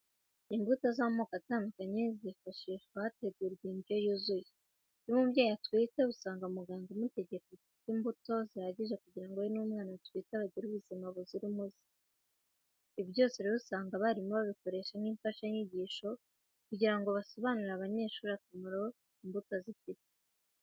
Imbuto z'amoko atandukanye zifashishwa hategurwa indyo yuzuye. Iyo umubyeyi atwite usanga muganga amutegeka kurya imbuto zihagije kugira ngo we n'umwana atwite bagire ubuzima buzira umuze. Ibi byose rero, usanga abarimu babikoresha nk'imfashanyigisho, kugira ngo basobanurire abanyeshuri akamaro imbuto zifite.